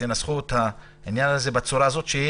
שתנסחו את העניין הזה בצורה הזאת שיהיה